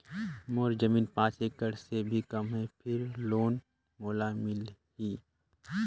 मोर जमीन पांच एकड़ से भी कम है फिर लोन मोला मिलही?